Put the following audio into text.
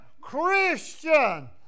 Christian